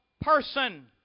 person